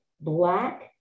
black